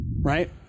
Right